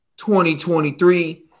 2023